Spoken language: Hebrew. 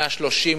130%,